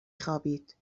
خوابید